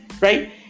right